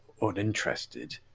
uninterested